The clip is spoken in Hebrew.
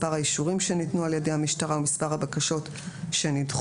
מספר האישורים שניתנו על ידי המשטרה ומספר הבקשות שנדחו.